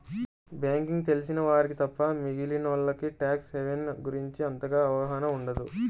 banking తెలిసిన వారికి తప్ప మిగిలినోల్లకి ట్యాక్స్ హెవెన్ గురించి అంతగా అవగాహన ఉండదు